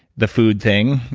the food thing,